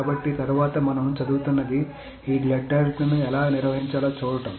కాబట్టి తరువాత మనం చదువుతున్నది ఈ డెడ్ లాక్ ను ఎలా నిర్వహించాలో చూడటం